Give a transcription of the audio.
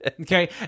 Okay